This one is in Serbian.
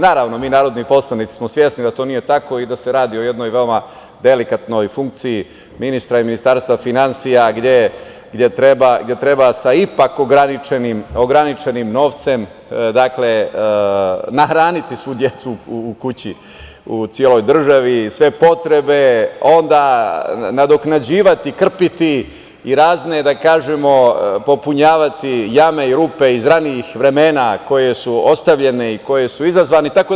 Naravno, mi narodni poslanici smo svesni da to nije tako i da se radi o jednoj veoma delikatnoj funkciji ministra i Ministarstva finansija, gde treba sa ipak ograničenim novcem nahraniti svu decu u kući, u celoj državi, sve potrebe, onda nadoknađivati, krpiti i razne, da kažemo, popunjavati jame i rupe iz ranijih vremena koje su ostavljene i koje su izazvane itd.